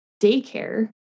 daycare